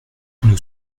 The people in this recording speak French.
nous